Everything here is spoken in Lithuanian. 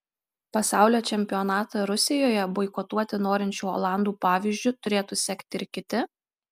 pasaulio čempionatą rusijoje boikotuoti norinčių olandų pavyzdžiu turėtų sekti ir kiti